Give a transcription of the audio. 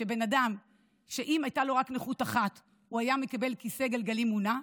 שבן אדם שאם הייתה לו רק נכות אחת הוא היה מקבל כיסא גלגלים מונע,